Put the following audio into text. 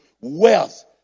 Wealth